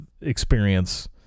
experience